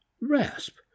rasp